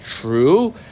true